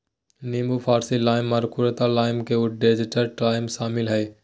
नींबू फारसी लाइम, मकरुत लाइम और डेजर्ट लाइम शामिल हइ